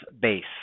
base